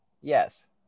Yes